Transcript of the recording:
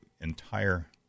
entire